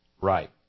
Right